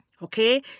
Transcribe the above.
Okay